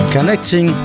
Connecting